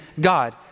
God